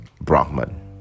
Brahman